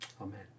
Amen